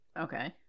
Okay